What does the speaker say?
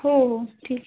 हो हो ठीक